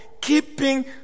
Keeping